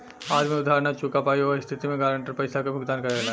आदमी उधार ना चूका पायी ओह स्थिति में गारंटर पइसा के भुगतान करेलन